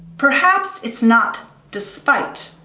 perhaps it's not despite